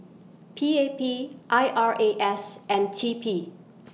P A P I R A S and T P